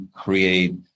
create